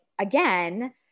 again